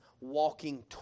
walking